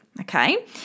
okay